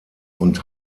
und